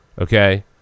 Okay